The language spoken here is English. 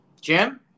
Jim